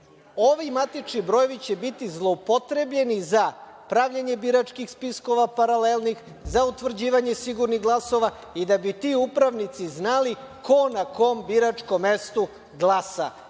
ovi matični brojevi će biti zloupotrebljeni za pravljenje biračkih spiskova paralelnih, za utvrđivanje sigurnih glasova i da bi ti upravnici znali ko na kom biračkom mestu glasa